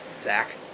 Zach